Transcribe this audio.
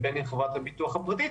ובין אם חברת הביטוח הפרטית,